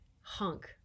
hunk